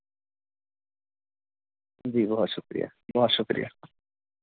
جی بہت شکریہ بہت شکریہ